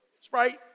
Sprite